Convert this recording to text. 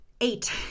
eight